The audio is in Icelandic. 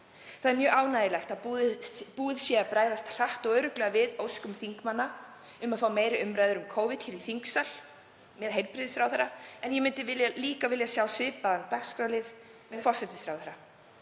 Það er mjög ánægjulegt að búið sé að bregðast hratt og örugglega við óskum þingmanna um að fá meiri umræður um Covid hér í þingsal með heilbrigðisráðherra en ég myndi líka vilja sjá svipaðan dagskrárlið með forsætisráðherra.